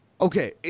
Okay